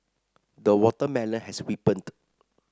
the watermelon has ripened